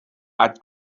had